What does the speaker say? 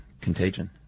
Contagion